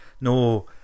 No